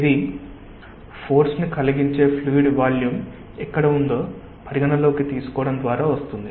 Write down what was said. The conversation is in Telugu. ఇది ఫోర్స్ ని కలిగించే ఫ్లూయిడ్ వాల్యూమ్ ఎక్కడ ఉందో పరిగణనలోకి తీసుకోవడం ద్వారా వస్తుంది